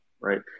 right